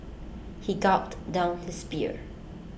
he gulped down his beer